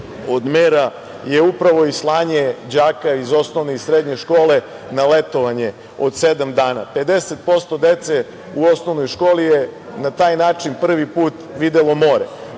od mera je upravo i slanje đaka iz osnovne i srednje škole na letovanje od sedam dana, 50% dece u osnovnoj školi je na taj način prvi put videlo more. Zato